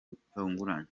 butunguranye